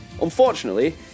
Unfortunately